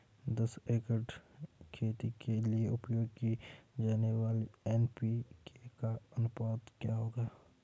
दस एकड़ खेती के लिए उपयोग की जाने वाली एन.पी.के का अनुपात क्या होगा?